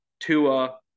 Tua